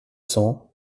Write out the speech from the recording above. cents